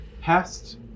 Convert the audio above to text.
past